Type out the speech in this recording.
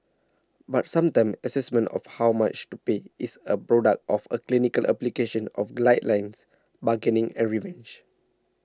but sometimes assessments of how much to pay is a product of a clinical application of guidelines bargaining and revenge